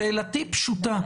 שאלתי פשוטה.